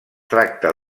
tracta